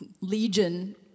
Legion